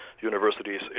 universities